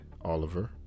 Oliver